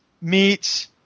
meets